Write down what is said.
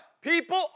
People